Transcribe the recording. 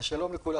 שלום לכולם.